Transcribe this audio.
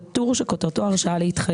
בטור שכותרתו 'שיא כוח